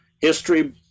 history